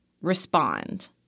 respond